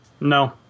No